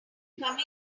coming